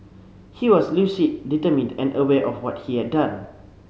he was lucid determined and aware of what he had done